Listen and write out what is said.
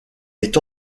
est